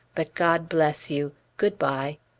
but god bless you! good-bye!